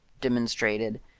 demonstrated